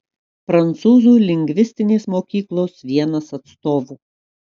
prancūzų lingvistinės mokyklos vienas atstovų